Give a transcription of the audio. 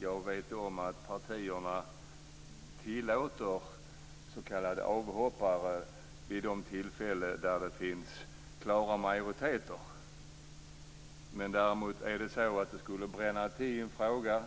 Jag vet om att partierna tillåter s.k. avhoppare vid de tillfällen då det finns klara majoriteter. Men är det däremot så att det skulle bränna till i en fråga